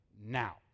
now